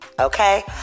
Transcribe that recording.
okay